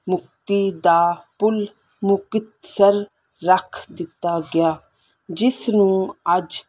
ਮੁਕਤੀ ਦਾ ਪੁੱਲ ਮੁਕਤਸਰ ਰੱਖ ਦਿੱਤਾ ਗਿਆ ਜਿਸ ਨੂੰ ਅੱਜ